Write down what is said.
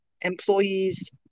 employees